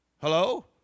Hello